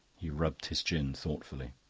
he rubbed his chin thoughtfully